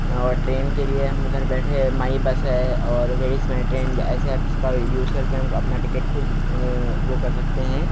हैं और ट्रेन के लिए हम घर बैठे माई बस ई और वेयर इस माय ट्रेन ऐसे एप्स का यूज करके अपना टिकट खुद वह कर सकते हैं